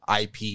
ip